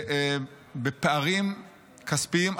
פערים כספיים אדירים,